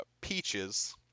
peaches